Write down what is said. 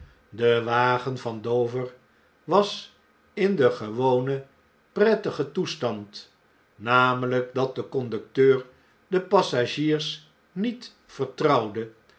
de wagen van dover was in den gewonen prettigen toestand namelgk dat de conducteur de passagiers niet vertrouwde